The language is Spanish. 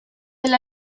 del